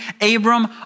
Abram